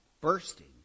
bursting